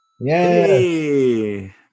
Yay